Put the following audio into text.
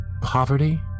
poverty